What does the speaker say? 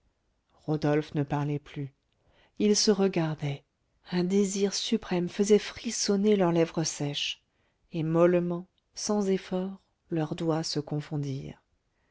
rodolphe ne parlait plus ils se regardaient un désir suprême faisait frissonner leurs lèvres sèches et mollement sans effort leurs doigts se confondirent